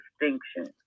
distinction